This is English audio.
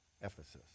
Ephesus